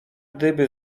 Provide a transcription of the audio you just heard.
gdyby